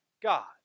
God